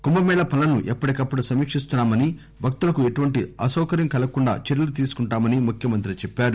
కుంభమేళా పనులను ఎప్పటి కప్పుడు సమీకిస్తున్నామని భక్తులకు ఏటువంటి అసౌకర్యం కలుగకుండా చర్యలు తీసుకుంటామని ముఖ్యమంత్రి చెప్పారు